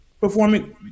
performing